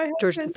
George